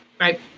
Right